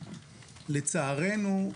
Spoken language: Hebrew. ולצערנו,